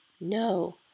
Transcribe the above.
no